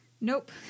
Nope